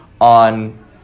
on